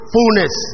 Fullness